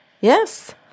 Yes